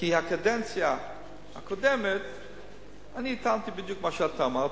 כי בקדנציה הקודמת אני טענתי בדיוק מה שאתה אמרת,